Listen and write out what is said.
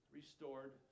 restored